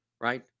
right